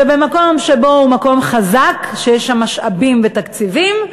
ומקום שהוא מקום חזק, שיש שם משאבים ותקציבים,